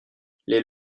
les